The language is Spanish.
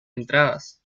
entradas